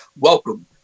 Welcome